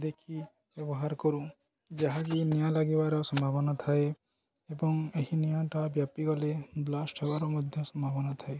ଦେଖି ବ୍ୟବହାର କରୁ ଯାହାକି ନିଆଁ ଲାଗିବାର ସମ୍ଭାବନା ଥାଏ ଏବଂ ଏହି ନିଆଁଟା ବ୍ୟାପି ଗଲେ ବ୍ଲାଷ୍ଟ ହେବାର ମଧ୍ୟ ସମ୍ଭାବନା ଥାଏ